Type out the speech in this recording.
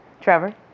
Trevor